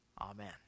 Amen